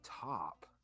top